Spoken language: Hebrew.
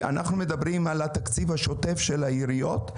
אנחנו מדברים על התקציב השוטף של העיריות,